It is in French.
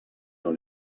dans